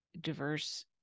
diverse